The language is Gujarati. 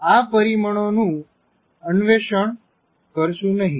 આપણે આ પરીમણોનું અન્વેષણ કરશું નહિ